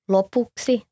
Lopuksi